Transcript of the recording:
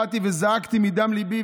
באתי וזעקתי מדם ליבי,